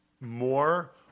more